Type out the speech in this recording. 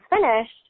finished